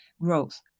growth